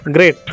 Great